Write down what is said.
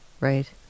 right